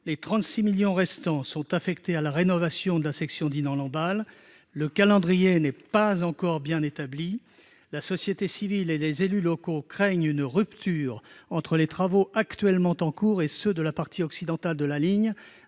Les 36 millions d'euros restants sont affectés à la rénovation de la section Dinan-Lamballe. Le calendrier n'étant pas encore bien établi, la société civile et les élus locaux craignent une rupture entre les travaux qui sont en cours et ceux de la partie occidentale de la ligne.